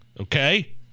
okay